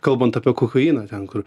kalbant apie kokainą ten kur